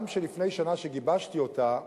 גם לפני שנה, כשגיבשתי אותה,